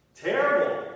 Terrible